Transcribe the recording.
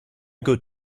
good